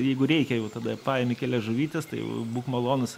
jeigu reikia jau tada paimi kelias žuvytes tai jau būk malonus